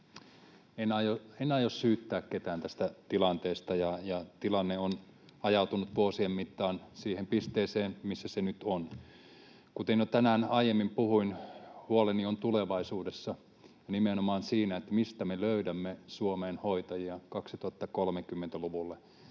En aio syyttää ketään tästä tilanteesta — tilanne on ajautunut vuosien mittaan siihen pisteeseen, missä se nyt on. Kuten jo tänään aiemmin puhuin, huoleni on tulevaisuudessa ja nimenomaan siinä, mistä me löydämme Suomeen hoitajia 2030-luvulle.